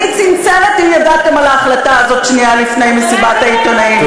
אני צנצנת אם ידעתם על ההחלטה הזאת שנייה לפני מסיבת העיתונאים,